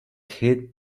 hit